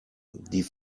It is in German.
die